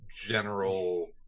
general